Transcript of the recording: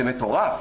זה מטורף.